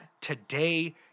today